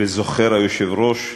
וזוכר היושב-ראש,